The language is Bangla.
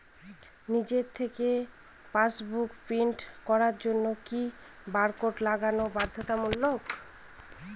নিজে থেকে পাশবুক প্রিন্ট করার জন্য কি বারকোড লাগানো বাধ্যতামূলক?